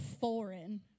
foreign